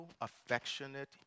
affectionate